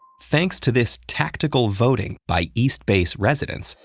thanks to this tactical voting by east base residents,